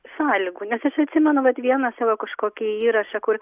sąlygų nes aš atsimenu vat vieną savo kažkokį įrašą kur